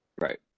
Right